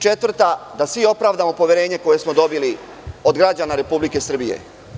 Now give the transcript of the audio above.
Četvrta, da svi opravdamo poverenje koje smo dobili od građana Republike Srbije.